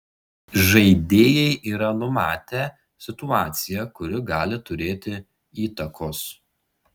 žaidėjai yra numatę situaciją kuri gali turėti įtakos